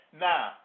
Now